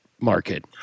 market